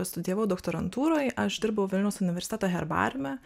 studijavau doktorantūroj aš dirbau vilniaus universiteto herbariume